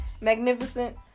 Magnificent